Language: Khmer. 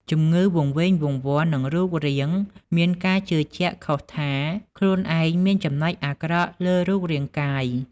ជំងឺវង្វេងវង្វាន់នឹងរូបរាងមានការជឿជាក់ខុសថា ខ្លួនឯងមានចំណុចអាក្រក់លើរូបរាងកាយ។